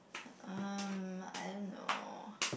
um I don't know